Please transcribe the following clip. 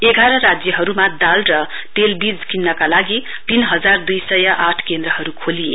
एघार राज्यहरुमा दाल र तेल बीज किन्नका लागि तीन हजार दुई सय आठ केन्द्रहरु खोलिए